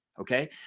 okay